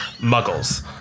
muggles